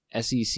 SEC